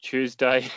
Tuesday